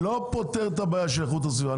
אני לא פותר את הבעיה של איכות הסביבה.